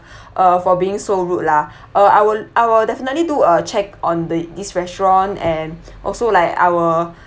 uh for being so rude lah uh I will I will definitely do a check on thi~ this restaurant and also like I will